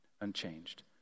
unchanged